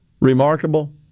remarkable